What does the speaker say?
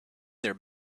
their